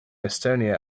estonia